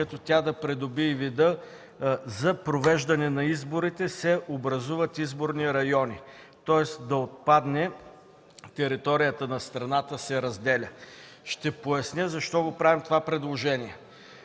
като тя да придобие вида: „За провеждане на изборите се образуват изборни райони“, тоест да отпадне „територията на страната се разделя“. Ще поясня защо правим това предложение.